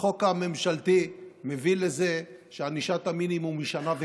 החוק הממשלתי מביא לזה שענישת המינימום היא שנה וקצת,